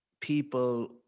people